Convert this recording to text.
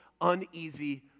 uneasy